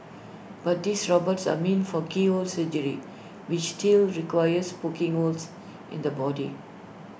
but these robots are meant for keyhole surgery which still requires poking holes in the body